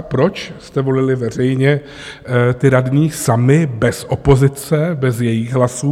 Proč jste volili veřejně ty radní sami, bez opozice, bez jejích hlasů?